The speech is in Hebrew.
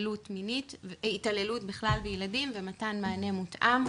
התעללות בכלל בילדים ומתן מענה מותאם.